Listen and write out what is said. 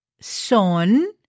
Son